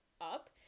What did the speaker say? up